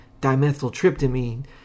dimethyltryptamine